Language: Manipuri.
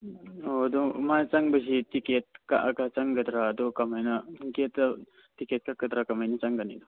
ꯑꯣ ꯑꯗꯨ ꯃꯥ ꯆꯪꯕꯁꯤ ꯇꯤꯛꯀꯦꯠ ꯀꯛꯑꯒ ꯆꯪꯒꯗ꯭ꯔ ꯑꯗꯣ ꯀꯃꯥꯏꯅ ꯒꯦꯠꯇ ꯇꯤꯛꯀꯦꯠ ꯀꯛꯀꯗ꯭ꯔ ꯀꯃꯥꯏꯅ ꯆꯪꯒꯅꯤꯅꯣ